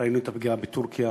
ראינו את הפגיעה בטורקיה,